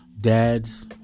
dads